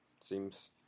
seems